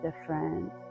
different